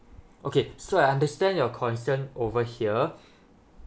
okay so I understand your concern over here